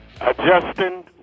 adjusting